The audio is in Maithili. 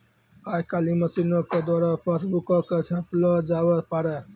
आइ काल्हि मशीनो के द्वारा पासबुको के छापलो जावै पारै